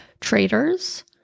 traders